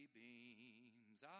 beams